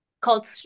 Called